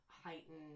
heightened